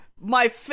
My-